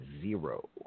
Zero